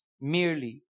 merely